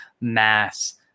mass